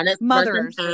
mothers